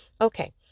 Okay